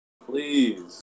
please